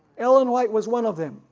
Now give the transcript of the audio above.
ellen white was one of them,